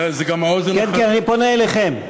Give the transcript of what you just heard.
זה גם האוזן, כן, אני פונה אליכם.